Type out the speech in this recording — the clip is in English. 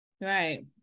Right